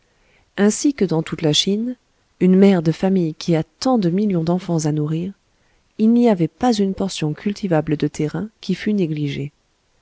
ainsi que dans toute la chine une mère de famille qui a tant de millions d'enfants à nourrir il n'y avait pas une portion cultivable de terrain qui fût négligée